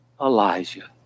Elijah